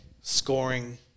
scoring